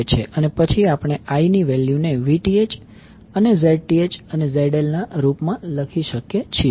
અને પછી આપણે I ની વેલ્યુ ને Vth અને Zth અને ZL ના રૂપમાં લખી શકીએ છીએ